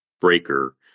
breaker